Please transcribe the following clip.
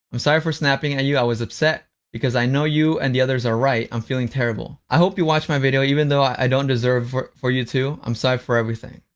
i'm sorry for snapping at you. i was upset because i know you and the others are right. i'm feeling terrible. i hope you watch my video. even though i don't deserve for you to. i'm sorry for everything.